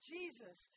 Jesus